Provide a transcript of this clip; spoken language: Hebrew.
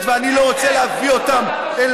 אני לא רוצה להשית על מדינת